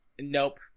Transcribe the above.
Nope